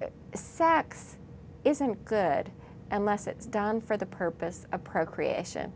the sex isn't good unless it's done for the purpose of procreation